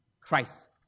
Christ